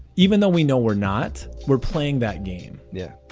even though we know we're not. we're playing that game. yeah.